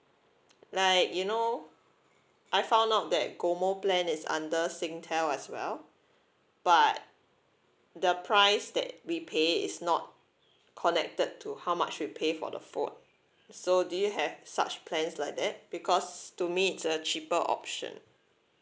like you know I found out that GOMO plan is under Singtel as well but the price that we pay is not connected to how much we pay for the phone so do you have such plans like that because to me it's a cheaper option